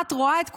את רואה את כולם,